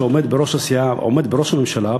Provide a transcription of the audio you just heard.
שעומד בראש הממשלה,